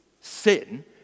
sin